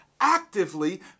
actively